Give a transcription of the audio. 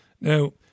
Now